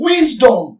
Wisdom